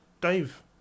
Dave